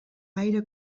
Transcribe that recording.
gaire